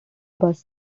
bus